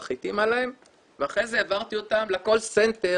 כך התאימה להן ואחרי זה העברתי אותן לקול סנטר,